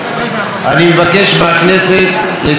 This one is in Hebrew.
אני מבקש מהכנסת לתמוך בבקשה.